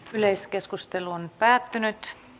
yleiskeskustelu päättyi